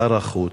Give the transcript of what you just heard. שר החוץ,